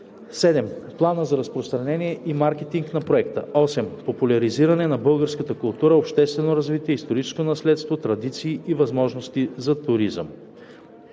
7. плана за разпространение и маркетинг на проекта; 8. популяризиране на българската култура, обществено развитие, историческо наследство, традиции и възможности за туризъм.